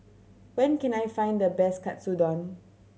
where can I find the best Katsudon